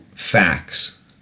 facts